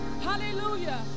hallelujah